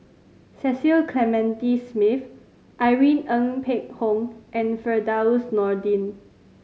Cecil Clementi Smith Irene Ng Phek Hoong and Firdaus Nordin